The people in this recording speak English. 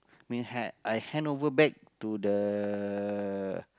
me had I hand over back to the